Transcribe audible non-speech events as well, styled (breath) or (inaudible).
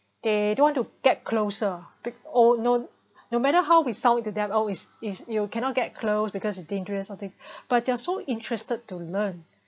they don't want to get closer oh no no matter how we sound it to them oh is is you cannot get close because it dangerous all thing (breath) but they're so interested to learn